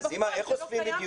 אבל בפועל זה לא קיים,